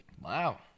Wow